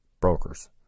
brokers